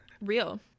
real